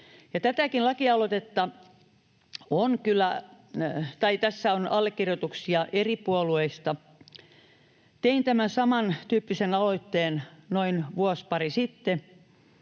kyllä allekirjoituksia eri puolueista. Tein samantyyppisen aloitteen noin vuosi, pari sitten,